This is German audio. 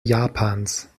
japans